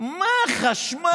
מה, חשמל.